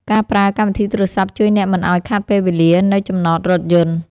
ការប្រើកម្មវិធីទូរសព្ទ ជួយអ្នកមិនឱ្យខាតពេលវេលានៅចំណតរថយន្ត។